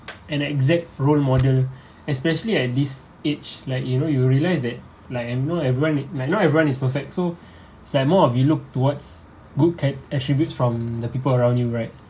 an exact role model especially at this age like you know you realise that like I know everyone not everyone is perfect so is like more of you look towards good ca~ attributes from the people around you right